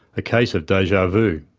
a case of deja vu.